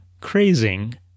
crazing